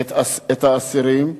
את האסירים.